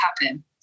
happen